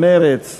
לשנת 2013,